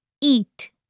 eat